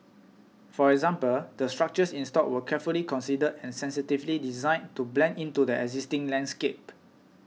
for example the structures installed were carefully considered and sensitively designed to blend into the existing landscape